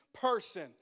person